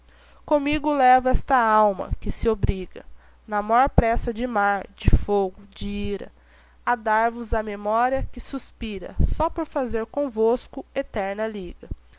comigo levo esta alma que se obriga na mor pressa de mar de fogo de ira a dar vos a memória que suspira só por fazer convosco eterna liga